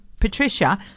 Patricia